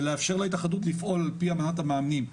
ולאפשר להתאחדות לפעול על פי אמנת המאמנים.